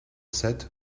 sept